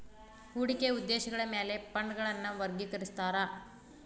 ಹೂಡಿಕೆಯ ಉದ್ದೇಶಗಳ ಮ್ಯಾಲೆ ಫಂಡ್ಗಳನ್ನ ವರ್ಗಿಕರಿಸ್ತಾರಾ